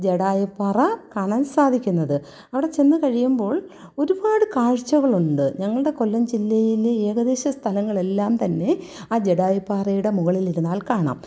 ജടായുപാറ കാണാൻ സാധിക്കുന്നത് അവിടെ ചെന്ന് കഴിയുമ്പോൾ ഒരുപാട് കാഴ്ചകളുണ്ട് ഞങ്ങളുടെ കൊല്ലം ജില്ലയിൽ ഏകദേശ സ്ഥലങ്ങളെല്ലാം തന്നെ ആ ജടായു പാറയുടെ മുകളിലിരുന്നാൽ കാണാം